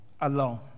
alone